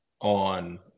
on